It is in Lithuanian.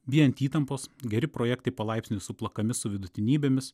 bijant įtampos geri projektai palaipsniui suplakami su vidutinybėmis